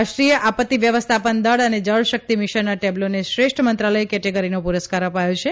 રાષ્ટ્રિ ાય આપત્તિવ્યવસ્થાપન દળ અને જળશક્તિ મિશનના ટેબ્લોને શ્રેષ્ઠ મંત્રાલય કેટેગરીનો પુરસ્કાર અપાયો છે